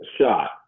shot